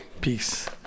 Peace